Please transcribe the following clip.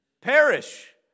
Perish